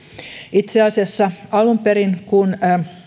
itse asiassa alun perin kun